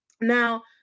Now